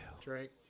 Drake